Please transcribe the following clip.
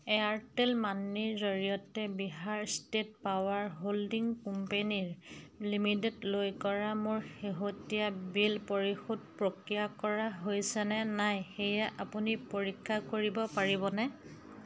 Airtel মানিৰ জৰিয়তে Bihar state power holding কোম্পানীৰ লিমিটেডলৈ কৰা মোৰ শেহতীয়া বিদ্যুৎ বিল পৰিশোধ প্ৰক্ৰিয়া কৰা হৈছে নে নাই সেয়া আপুনি পৰীক্ষা কৰিব পাৰিবনে